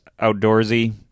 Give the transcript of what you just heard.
outdoorsy